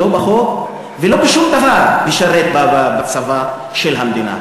לא בחוק ולא בשום דבר לשרת בצבא של המדינה,